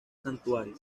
santuario